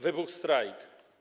Wybuchł strajk.